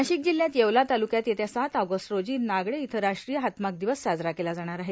नाशिक जिल्ह्यात येवला तालुक्यात येत्या सात ऑगस्ट रोजी नागडे इथं राष्ट्रीय हातमाग दिवस साजरा केला जाणार आहे